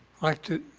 like to